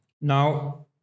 Now